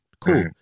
cool